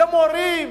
למורים.